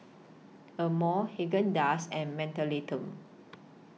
Amore Haagen Dazs and Mentholatum